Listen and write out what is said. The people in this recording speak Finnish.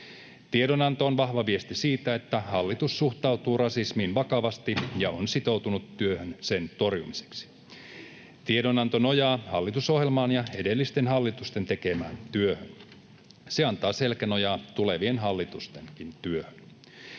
Tiedonanto on vahva viesti siitä, että hallitus suhtautuu rasismiin vakavasti ja on sitoutunut työhön sen torjumiseksi. Tiedonanto nojaa hallitusohjelmaan ja edellisten hallitusten tekemään työhön. Se antaa selkänojaa tulevienkin hallitusten työlle.